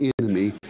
enemy